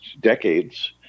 decades